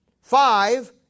five